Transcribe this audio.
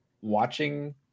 watching